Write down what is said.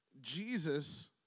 Jesus